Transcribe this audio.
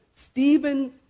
Stephen